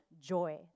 joy